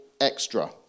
extra